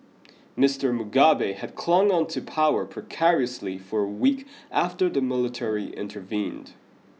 Mister Mugabe had clung on to power precariously for a week after the military intervened